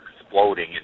exploding